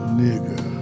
nigga